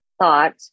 thought